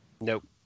Nope